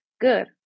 good